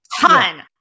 ton